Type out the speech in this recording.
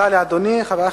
אדוני היושב-ראש,